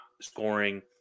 scoring